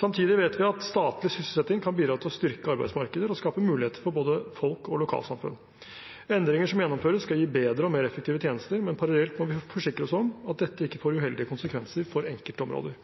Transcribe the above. Samtidig vet vi at statlig sysselsetting kan bidra til å styrke arbeidsmarkedet og skape muligheter for både folk og lokalsamfunn. Endringer som gjennomføres, skal gi bedre og mer effektive tjenester, men parallelt må vi forsikre oss om at dette ikke får uheldige konsekvenser for enkeltområder.